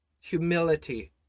humility